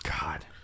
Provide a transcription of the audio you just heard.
god